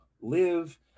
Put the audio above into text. live